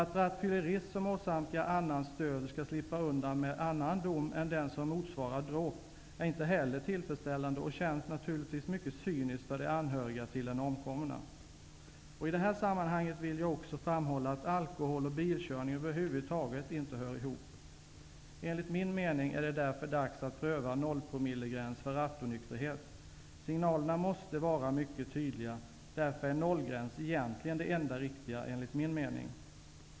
Att rattfyllerist som orsakar annans död skall slippa undan med annan dom än den som motsvarar dråp, är inte heller tillfredsställande och känns naturligtvis mycket cyniskt för de anhöriga till den omkomna. I detta sammanhang vill jag också framhålla att alkohol och bilkörning över huvud taget inte hör ihop. Enligt min mening är det därför dags att pröva nollpromillegräns för rattonykterhet. Signalerna måste vara mycket tydliga, och därför är nollgräns egentligen det enda riktiga, anser jag.